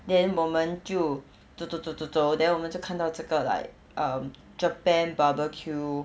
then 我们就走走走走走 then 我们就看到这个 like um japan barbecue